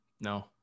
No